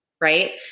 Right